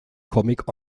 comic